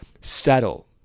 settle